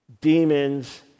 demons